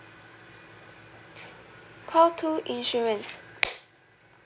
call two insurance